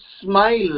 smile